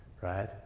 right